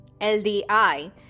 LDI